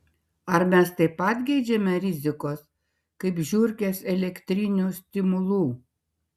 ar mes taip pat geidžiame rizikos kaip žiurkės elektrinių stimulų